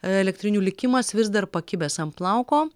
elektrinių likimas vis dar pakibęs ant plauko